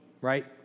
right